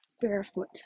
barefoot